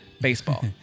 Baseball